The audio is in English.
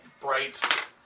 bright